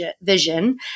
vision